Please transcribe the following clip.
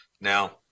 Now